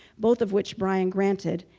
both of which bryan granted,